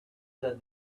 said